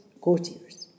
courtiers